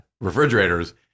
refrigerators